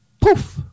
poof